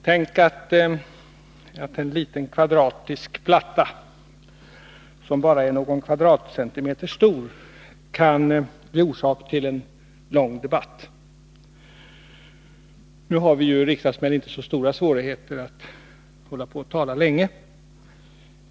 Herr talman! Tänk att en liten kvadratisk platta, som bara är någon kvadratcentimeter stor, kan bli orsak till en lång debatt! Nu har ju vi riksdagsmän inte så stora svårigheter att tala länge.